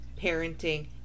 parenting